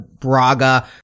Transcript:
Braga